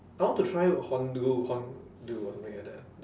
I want to try or something like that ah